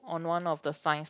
on one of the science